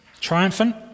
Triumphant